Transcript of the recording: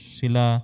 sila